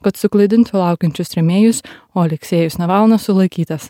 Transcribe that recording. kad suklaidintų laukiančius rėmėjus o aleksejus navalnas sulaikytas